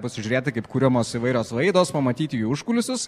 pasižiūrėti kaip kuriamos įvairios laidos pamatyti jų užkulisius